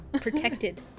Protected